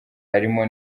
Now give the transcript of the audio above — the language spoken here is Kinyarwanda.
harimo